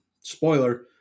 spoiler